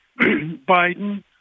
Biden